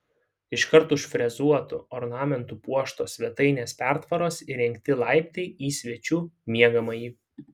iškart už frezuotu ornamentu puoštos svetainės pertvaros įrengti laiptai į svečių miegamąjį